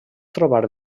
trobar